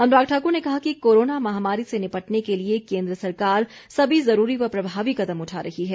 अनुराग ठाकुर ने कहा कि कोरोना महामारी से निपटने के लिए केन्द्र सरकार सभी जरूरी व प्रभावी कदम उठा रही है